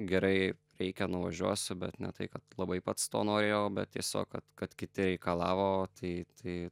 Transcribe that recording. gerai reikia nuvažiuosiu bet ne tai kad labai pats to norėjau bet tiesiog kad kad kiti reikalavo tai tai